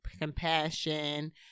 compassion